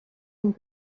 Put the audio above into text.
and